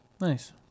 Nice